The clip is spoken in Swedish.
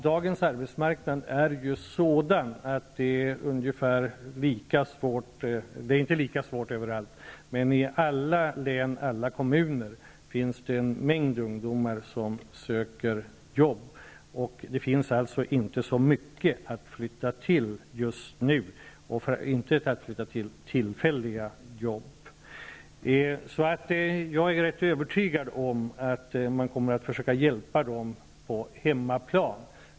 Dagens arbetsmarknad är ju sådan att det i alla län och i alla kommuner finns en mängd ungdomar som söker jobb, och det finns alltså inte så mycket att flytta till just nu, inte heller tillfälliga jobb. Jag är därför helt övertygad om att man kommer att försöka hjälpa ungdomarna på hemmaplan.